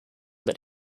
that